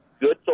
good